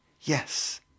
yes